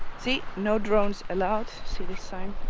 see, no drones allowed see this sign